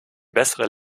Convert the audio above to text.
bessere